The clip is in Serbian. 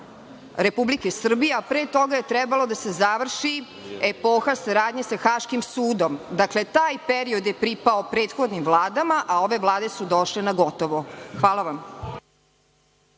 Republike Srbije, a pre toga je trebalo da se završi epoha saradnje sa Haškim sudom. Dakle, taj period je pripao prethodnim vladama, a ove vlade su došle na gotovo. Hvala vam.